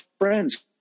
friends